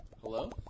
Hello